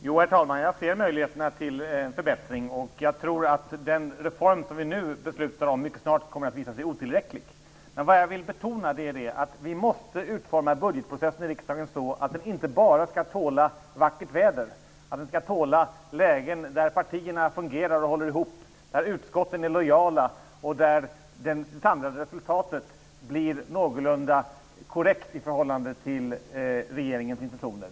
Herr talman! Jag ser möjligheterna till en förbättring. Jag tror att den reform som vi nu skall fatta beslut om mycket snart kommer att visa sig vara otillräcklig. Jag vill dock betona att vi måste utforma budgetprocessen i riksdagen så att den inte bara tål vackert väder och lägen där partierna fungerar och håller ihop, där utskotten är lojala och där det samlade resultatet blir någorlunda korrekt i förhållande till regeringens intentioner.